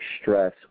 stress